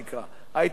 היית צריך סוס.